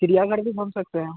चिड़ियाघर भी घूम सकते हैं